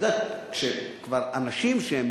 את יודעת, כבר אנשים שהם